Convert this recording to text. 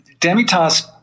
Demitas